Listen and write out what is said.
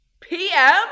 PM